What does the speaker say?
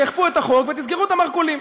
תאכפו את החוק ותסגרו את המרכולים.